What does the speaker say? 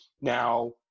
Now